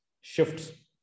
shifts